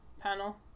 panel